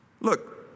Look